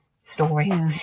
story